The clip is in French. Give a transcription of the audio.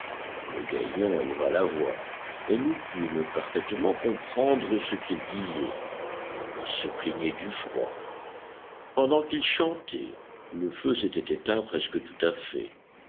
le grillon éleva la voix et nous pûmes parfaitement comprendre ce qu'il disait il se plaignait du froid pendant qu'il chantait le feu s'était éteint presque tout à fait